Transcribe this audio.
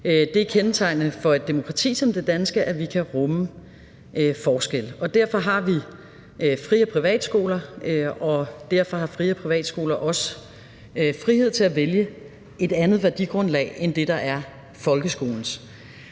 Det er kendetegnende for et demokrati som det danske, at vi kan rumme forskelle, og derfor har vi fri- og privatskoler, og derfor har fri- og privatskoler også frihed til at vælge et andet værdigrundlag end det, der er folkeskolens.